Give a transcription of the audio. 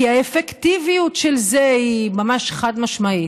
כי האפקטיביות של זה היא ממש חד-משמעית.